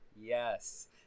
Yes